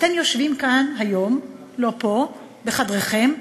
אתם יושבים כאן היום, לא פה, בחדריכם,